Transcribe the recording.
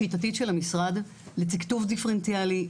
שיטתית של המשרד לתקצוב דיפרנציאלי,